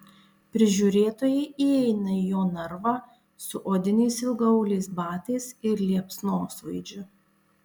prižiūrėtojai įeina į jo narvą su odiniais ilgaauliais batais ir liepsnosvaidžiu